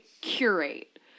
curate